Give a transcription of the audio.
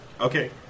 Okay